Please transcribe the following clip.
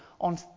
on